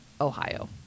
Ohio